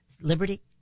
liberty